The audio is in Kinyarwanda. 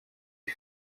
iyi